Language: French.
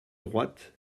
droite